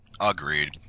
Agreed